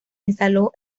instaló